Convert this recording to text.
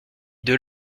deux